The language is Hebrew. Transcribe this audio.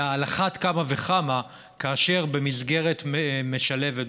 אלא על אחת כמה וכמה כאשר במסגרת משלבת,